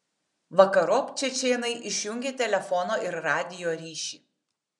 vakarop čečėnai išjungė telefono ir radijo ryšį